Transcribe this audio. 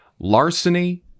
Larceny